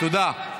תודה.